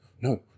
No